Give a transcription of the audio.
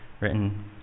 written